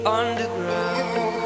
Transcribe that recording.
underground